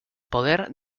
poder